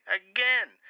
again